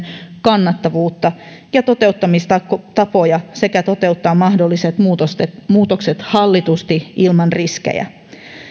kannattavuutta ja toteuttamistapoja sekä toteuttaa mahdolliset muutokset hallitusti ilman riskejä